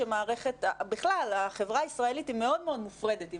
בכלל החברה הישראלית היא מאוד מאוד מופרדת,